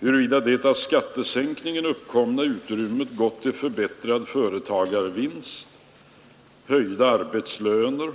Huruvida det av skattesänkningen uppkomna utrymmet gått till förbättrad företagsvinst, höjda arbetslöner,